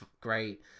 great